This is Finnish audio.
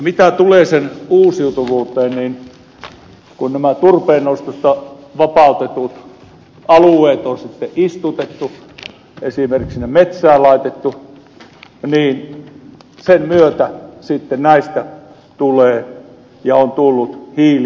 mitä tulee sen uusiutuvuuteen kun nämä turpeen nostosta vapautetut alueet on sitten istutettu esimerkiksi sinne metsää laitettu sen myötä näistä tulee ja on tullut hiilinieluja